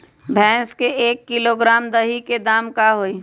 भैस के एक किलोग्राम दही के दाम का होई?